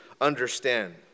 understand